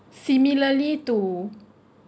similarly to